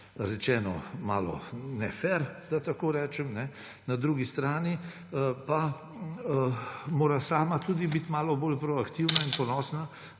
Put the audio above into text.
rečeno, malo nefer, da tako rečem, na drugi strani pa mora sama tudi biti malo bolj proaktivna in ponosna